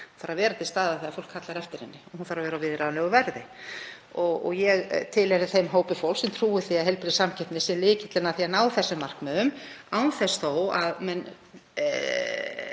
þarf að vera til staðar þegar fólk kallar eftir henni og hún þarf að vera á viðráðanlegu verði. Ég tilheyri þeim hópi fólks sem trúir því að heilbrigð samkeppni sé lykillinn að því að ná þessum markmiðum án þess þó að